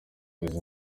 izi